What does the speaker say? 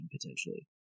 potentially